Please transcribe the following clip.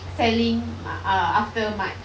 selling uh after march